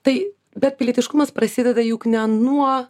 tai bet pilietiškumas prasideda juk ne nuo